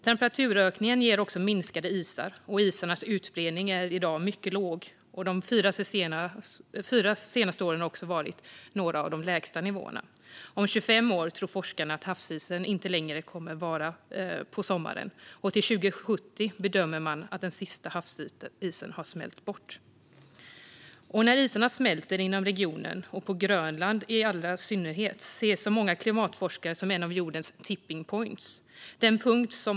Temperaturökningen ger också minskade isar. Isarnas utbredning ligger i dag på en mycket låg nivå. De fyra senaste åren har varit några av de år med de lägsta nivåerna. Om 25 år tror forskare att havsisen inte längre kommer att finnas på sommaren, och till 2070 bedömer man att den sista havsisen har smält bort. Många klimatforskare ser det som en av jordens tipping points när isarna smälter inom regionen, i synnerhet på Grönland.